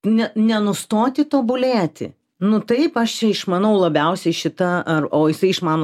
ne nenustoti tobulėti nu taip aš čia išmanau labiausiai šitą ar o jisai išmano